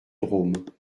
drôme